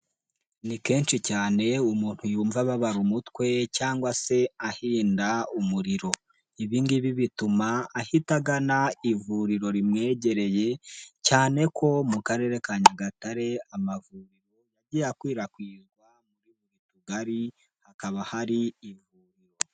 Ni kenshi cyane umuntu yumva ababara umutwe cyangwa se ahinda umuriro, ibingibi bituma ahita agana ivuriro ri rimwegereye cyane ko mu karere ka Nyagatare amavuriro yagiye akwirakwizwa muri buri tugari hakaba hari ivuriro.